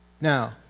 Now